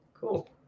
Cool